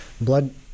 blood